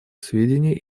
сведения